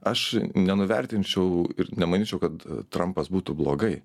aš nenuvertinčiau ir nemanyčiau kad trampas būtų blogai